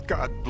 God